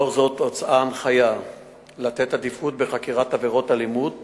לאור זאת הוצאה הנחיה לתת עדיפות בחקירת עבירות אלימות